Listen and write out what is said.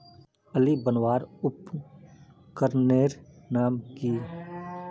आली बनवार उपकरनेर नाम की?